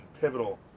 pivotal